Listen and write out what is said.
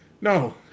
no